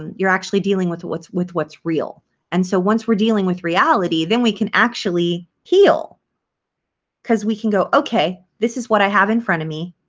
you're actually dealing with what's with what's real and so once we're dealing with reality then we can actually heal because we can go, okay. this is what i have in front of me.